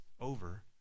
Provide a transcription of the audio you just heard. over